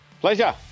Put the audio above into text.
Pleasure